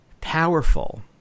powerful